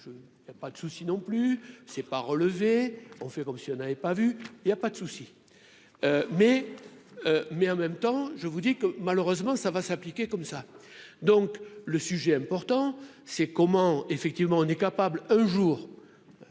il y a pas de souci non plus c'est pas on fait comme si on avait pas vu il y a pas de souci, mais, mais, en même temps je vous dis que malheureusement ça va s'appliquer comme ça, donc le sujet important c'est comment, effectivement, on est capable, un jour